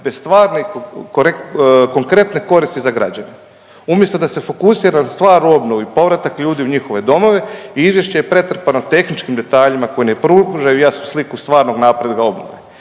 bez stvarnih konkretne koristi za građane. Umjesto da se fokusira stvar u obnovi, povratak ljudi u njihove domove, izvješće je pretrpano tehničkim detaljima koji ne pružaju jasnu sliku stvarnog napretka obnove.